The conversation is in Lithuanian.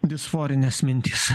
disforinės mintys